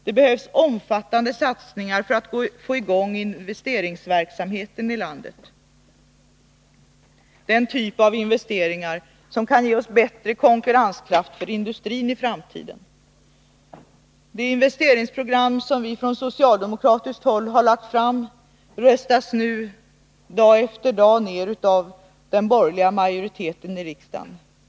Det behövs omfattande satsningar för att få i gång investeringsverksamheten i landet, den typ av investeringar som kan ge oss bättre konkurrenskraft för industrin i framtiden. Det investeringsprogram vi från socialdemokratiskt håll lagt fram röstas nu dag efter dag ned av den borgerliga majoriteten i riksdagen.